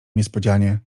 niespodzianie